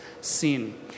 sin